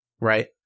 Right